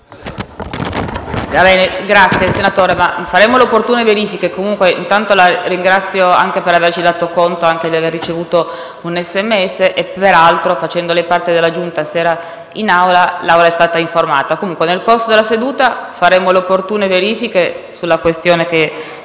Giarrusso, faremo le opportune verifiche e intanto la ringrazio anche per averci dato conto di aver ricevuto un *SMS*. Peraltro, facendo lei parte della Giunta, se era in Aula, l'Assemblea è stata informata. Comunque, nel corso della seduta faremo le opportune verifiche sulla questione che